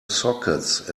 sockets